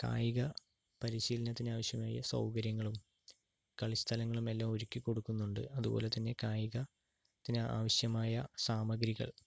കായിക പരിശീലനത്തിനാവശ്യമായ സൗകര്യങ്ങളും കളിസ്ഥലങ്ങളുമെല്ലാം ഒരുക്കിക്കൊടുക്കുന്നുണ്ട് അതുപോലെ തന്നെ കായികത്തിനാവശ്യമായ സാമഗ്രികൾ